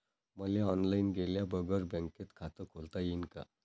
मले ऑनलाईन गेल्या बगर बँकेत खात खोलता येईन का?